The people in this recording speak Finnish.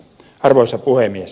arvoisa puhemies